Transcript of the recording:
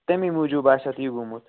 تَمی موٗجوٗب آسہِ اَتھ یہِ گوٚمُت